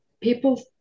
people